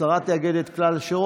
השרה תאגד את כלל השאלות.